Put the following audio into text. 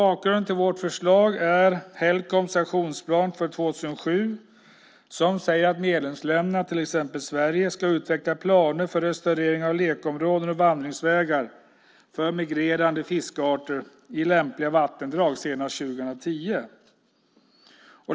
Bakgrunden till vårt förslag är Helcoms aktionsplan från 2007 som säger att medlemsländerna, till exempel Sverige, ska utveckla planer för restaurering av lekområden och vandringsvägar för migrerande fiskarter i lämpliga vattendrag senast 2010.